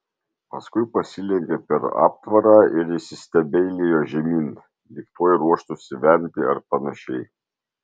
paskui pasilenkė per aptvarą ir įsistebeilijo žemyn lyg tuoj ruoštųsi vemti ar panašiai